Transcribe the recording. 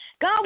God